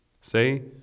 Say